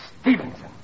Stevenson